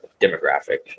demographic